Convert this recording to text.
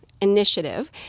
initiative